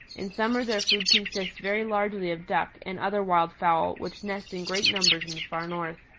in summer their food consists very largely of ducks and other wild fowl which nest in great numbers in the far north.